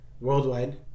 Worldwide